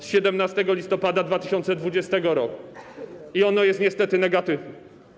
z 17 listopada 2020 r. i ono jest niestety negatywne.